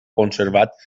conservat